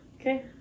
okay